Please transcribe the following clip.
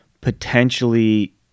potentially